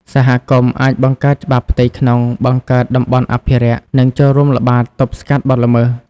សហគមន៍អាចបង្កើតច្បាប់ផ្ទៃក្នុង បង្កើតតំបន់អភិរក្ស និងចូលរួមល្បាតទប់ស្កាត់បទល្មើស។